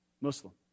Muslim